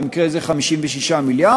במקרה זה 56 מיליארד,